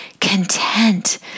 content